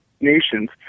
nations